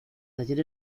taller